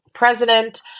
president